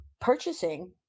purchasing